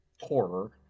horror